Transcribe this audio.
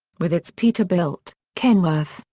with its peterbilt, kenworth,